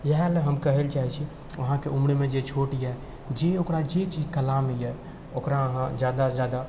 इएह लए हम कहैलए चाहै छी अहाँके उम्रमे जे छोट अइ जे ओकरा जे चीज कलामे अइ ओकरा अहाँ जादासँ जादा